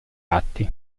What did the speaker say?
atti